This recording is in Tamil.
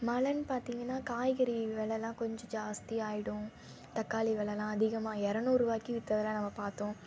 மழைன்னு பார்த்திங்கனா காய்கறி வெலைலாம் கொஞ்சம் ஜாஸ்தியாகிடும் தக்காளி வெலைலாம் அதிகமாக இரநூறுவாக்கி வித்ததைலாம் நம்ம பார்த்தோம்